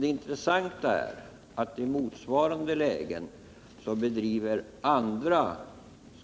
Det intressanta är att i motsvarande lägen bedriver andra